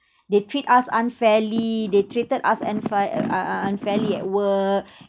they treat us unfairly they treated us unfair uh unfairly at work